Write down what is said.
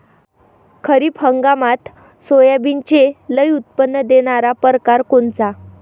खरीप हंगामात सोयाबीनचे लई उत्पन्न देणारा परकार कोनचा?